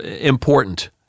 important